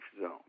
zone